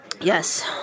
Yes